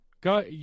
Go